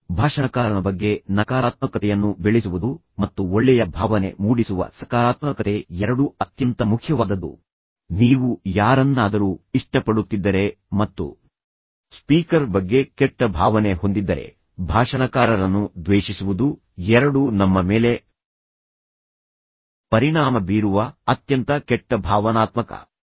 ಮತ್ತು ಭಾಷಣಕಾರನ ಬಗ್ಗೆ ನಕಾರಾತ್ಮಕತೆಯನ್ನು ಬೆಳೆಸುವುದು ಮತ್ತು ಒಳ್ಳೆಯ ಭಾವನೆ ಮೂಡಿಸುವ ಸಕಾರಾತ್ಮಕತೆ ಎರಡೂ ಅತ್ಯಂತ ಮುಖ್ಯವಾದದ್ದು ನೀವು ಯಾರನ್ನಾದರೂ ಇಷ್ಟಪಡುತ್ತಿದ್ದರೆ ಮತ್ತು ಸ್ಪೀಕರ್ ಬಗ್ಗೆ ಕೆಟ್ಟ ಭಾವನೆ ಹೊಂದಿದ್ದರೆ ಭಾಷಣಕಾರರನ್ನು ದ್ವೇಷಿಸುವುದು ಎರಡೂ ನಮ್ಮ ಮೇಲೆ ಪರಿಣಾಮ ಬೀರುವ ಅತ್ಯಂತ ಕೆಟ್ಟ ಭಾವನಾತ್ಮಕ ಅಡೆತಡೆಗಳಾಗಿವೆ